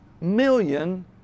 million